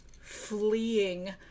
fleeing